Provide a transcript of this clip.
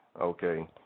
okay